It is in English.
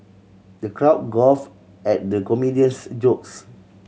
the crowd guffaw at the comedian's jokes